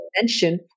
mention